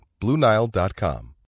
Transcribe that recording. BlueNile.com